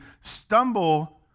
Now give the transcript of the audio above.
stumble